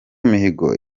mihigo